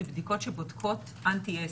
אלה בדיקות שבודקות אנטי S,